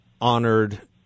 honored